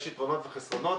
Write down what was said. יש יתרונות וחסרונות,